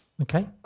Okay